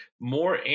more